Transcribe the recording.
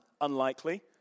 unlikely